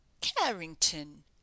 Carrington